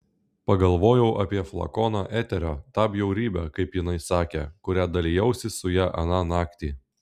pagalvojau apie flakoną eterio tą bjaurybę kaip jinai sakė kuria dalijausi su ja aną naktį